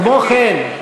כמו כן,